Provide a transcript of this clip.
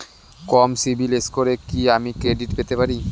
কম CIBIL স্কোরে কি আমি ক্রেডিট পেতে পারি?